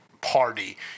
party